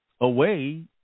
away